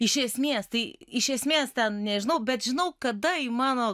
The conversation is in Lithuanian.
iš esmės tai iš esmės ten nežinau bet žinau kada į mano